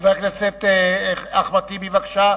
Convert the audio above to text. חבר הכנסת אחמד טיבי, בבקשה.